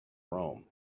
rome